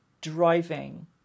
driving